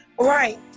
right